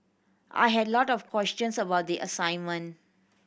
I had a lot of questions about the assignment